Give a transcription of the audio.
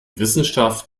wissenschaft